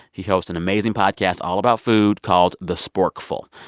he hosts an amazing podcast all about food called the sporkful.